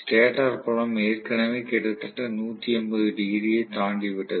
stator புலம் ஏற்கனவே கிட்டத்தட்ட 180 டிகிரியை தாண்டி விட்டது